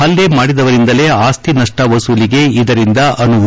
ಹಲ್ಲೆ ಮಾಡಿದವರಿಂದಲೇ ಆಸ್ತಿ ನಷ್ಟ ವಸೂಲಿಗೆ ಇದರಿಂದ ಅನುವು